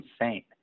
insane